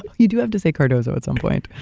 you do have to say cardozo at some point.